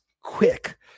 quick